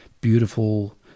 beautiful